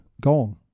Gone